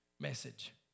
message